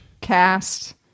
cast